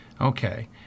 Okay